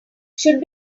should